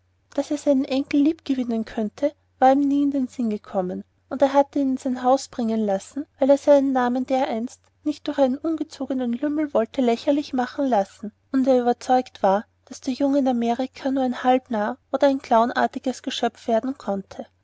daß er seinen enkel lieb gewinnen könnte war ihm nie in den sinn gekommen er hatte ihn in sein haus bringen lassen weil er seinen namen dereinst nicht durch einen unerzogenen lümmel wollte lächerlich machen lassen und er überzeugt war daß der junge in amerika nur ein halbnarr oder ein clownartiges geschöpf werden konnte